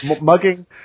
Mugging